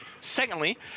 Secondly